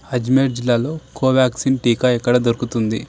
అజ్మేర్ జిల్లాలో కోవ్యాక్సిన్ టీకా ఎక్కడ దొరుకుతుంది